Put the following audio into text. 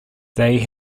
they